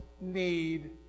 need